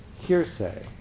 hearsay